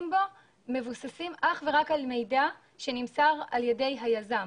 בו מבוססים אך ורק על מידע שנמסר על ידי היזם.